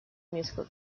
musical